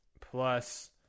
plus